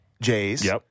Jays